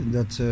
dat